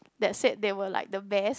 that said they were like the best